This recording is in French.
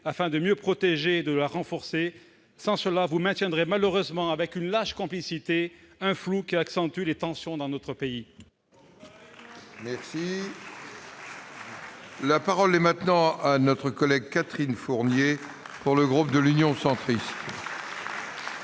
afin de mieux la protéger et de la renforcer. Sans cela, vous laisserez perdurer, malheureusement avec une lâche complicité, un flou qui accentue les tensions dans notre pays.